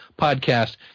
podcast